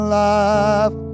life